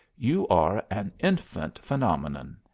you are an infant phenomenon.